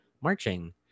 marching